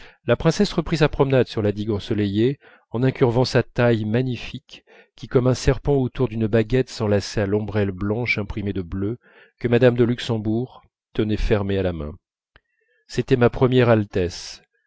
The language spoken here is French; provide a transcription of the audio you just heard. la princesse reprit sa promenade sur la digue ensoleillée en incurvant sa taille magnifique qui comme un serpent autour d'une baguette s'enlaçait à l'ombrelle blanche imprimée de bleu que mme de luxembourg tenait fermée à la main c'était ma première altesse